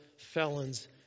Felons